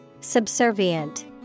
Subservient